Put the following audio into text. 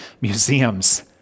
Museums